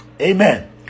Amen